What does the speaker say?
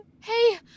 Hey